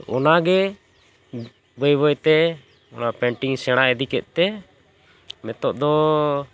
ᱚᱱᱟᱜᱮ ᱵᱟᱹᱭ ᱵᱟᱹᱭ ᱛᱮ ᱚᱱᱟ ᱯᱮᱱᱴᱤᱝ ᱤᱧ ᱥᱮᱬᱟ ᱤᱫᱤ ᱠᱮᱫ ᱛᱮ ᱱᱤᱛᱚᱜ ᱫᱚ